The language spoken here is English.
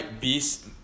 beast